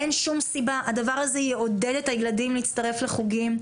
הדבר הזה יעודד את הילדים להצטרף לחוגים,